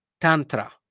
Tantra